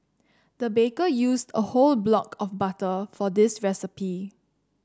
the baker used a whole block of butter for this recipe